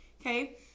Okay